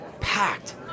packed